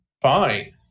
fine